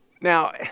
Now